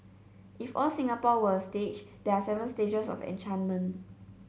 if all Singapore were a stage there are seven stages of enchantment